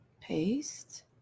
Paste